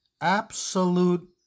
absolute